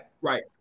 Right